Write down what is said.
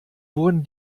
wurden